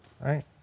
right